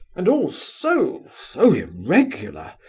and all so-so-irregular,